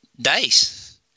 days